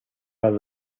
lado